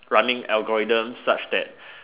running algorithms such that